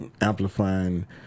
amplifying